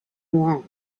wrong